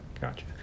gotcha